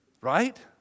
Right